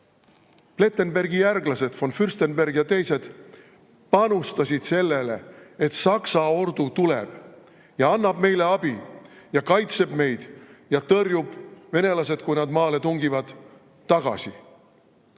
Plettenbergi järglased, von Fürstenberg ja teised, panustasid sellele, et Saksa ordu tuleb ja annab meile abi ja kaitseb meid ja tõrjub venelased, kui nad maale tungivad, tagasi.